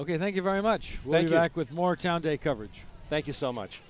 ok thank you very much lead you back with more town day coverage thank you so much